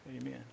Amen